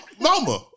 Mama